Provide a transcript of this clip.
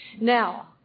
Now